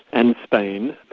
and spain,